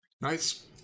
Nice